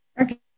Okay